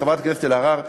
חברת הכנסת אלהרר,